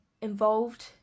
involved